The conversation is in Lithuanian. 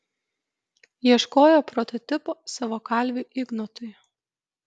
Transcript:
ieškojo prototipo savo kalviui ignotui